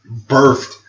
birthed